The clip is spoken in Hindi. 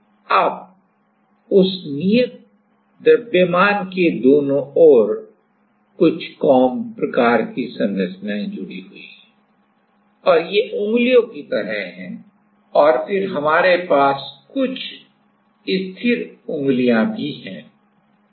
अब उस प्रूफ मास के दोनों ओर कुछ कॉम्ब प्रकार की संरचनाएं जुड़ी हुई हैं और ये उंगलियों की तरह हैं और फिर हमारे पास कुछ स्थिर उंगलियां भी हैं